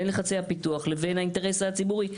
בין לחצי הפיתוח לבין האינטרס הציבורי.